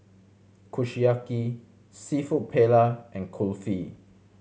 Kushiyaki Seafood Paella and Kulfi